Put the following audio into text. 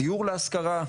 דיור להשכרה,